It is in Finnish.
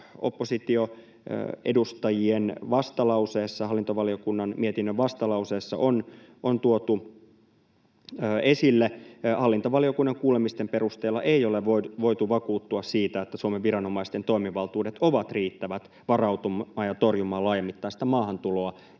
oppositioedustajien vastalauseessa, hallintovaliokunnan mietinnön vastalauseessa, on tuotu esille, hallintovaliokunnan kuulemisten perusteella ei ole voitu vakuuttua siitä, että Suomen viranomaisten toimivaltuudet ovat riittävät varautumaan ja torjumaan laajamittaista maahantuloa